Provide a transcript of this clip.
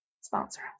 sponsor